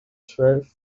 twelve